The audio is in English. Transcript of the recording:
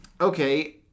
Okay